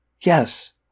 Yes